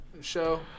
show